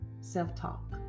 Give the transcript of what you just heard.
self-talk